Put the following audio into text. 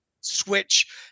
switch